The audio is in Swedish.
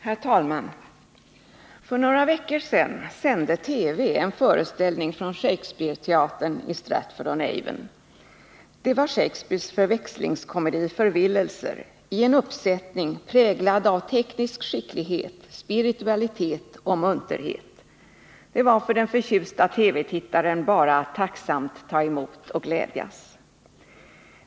Herr talman! För några veckor sedan sände TV en föreställning från Shakespeareteatern i Stratford-on-Avon. Det var Shakespeares förväxlingskomedi ”Förvillelser” i en uppsättning präglad av teknisk skicklighet, spiritualitet och munterhet. Det var för den förtjusta TV-tittaren bara att tacksamt ta emot och glädjas.